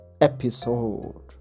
episode